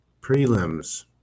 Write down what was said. Prelims